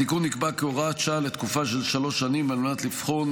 התיקון נקבע כהוראת שעה לתקופה של שלוש שנים על מנת לבחון